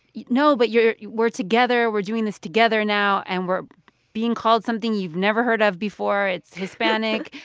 you know but you're we're together. we're doing this together now, and we're being called something you've never heard of before. it's hispanic.